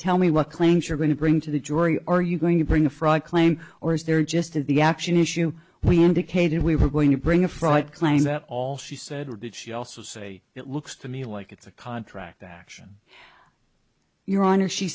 tell me what claims you're going to bring to the jury are you going to bring a fraud claim or is there just to the action issue we indicated we were going to bring a fraud claim that all she said or did she also say it looks to me like it's a contract that action your honor she